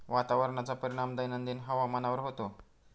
वातावरणाचा परिणाम दैनंदिन हवामानावर होतो